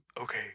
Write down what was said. Okay